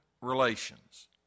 relations